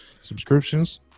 subscriptions